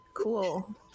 Cool